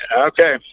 Okay